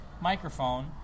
microphone